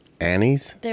Annie's